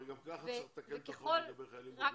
הרי גם ככה צריך לתקן את החוק לגבי חיילים בודדים.